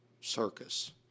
Circus